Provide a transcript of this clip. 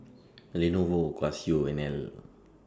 Lenovo Casio and Elle